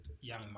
young